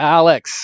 alex